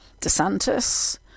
DeSantis